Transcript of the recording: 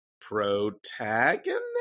protagonist